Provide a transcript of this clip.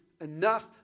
enough